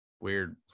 weird